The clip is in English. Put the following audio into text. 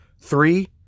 Three